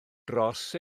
dros